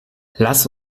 lass